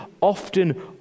often